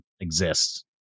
exist